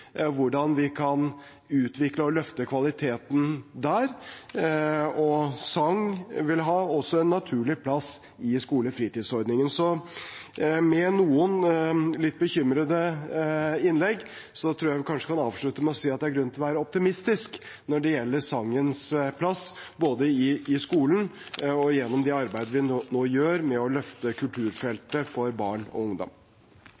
hvordan vi kan utvikle og løfte kvaliteten der, og sang vil også ha en naturlig plass i skolefritidsordningen. Så etter noen litt bekymrede innlegg tror jeg kanskje vi kan avslutte med å si at det er grunn til å være optimistisk når det gjelder sangens plass, både i skolen og gjennom det arbeidet vi nå gjør med å løfte kulturfeltet for barn og ungdom.